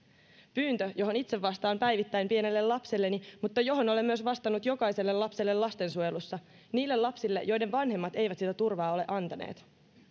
pyyntö johon itse vastaan päivittäin pienelle lapselleni mutta johon olen myös vastannut jokaiselle lapselle lastensuojelussa niille lapsille joiden vanhemmat eivät sitä turvaa ole antaneet